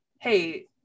hey